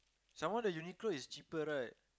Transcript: some more the Uniqlo is cheaper right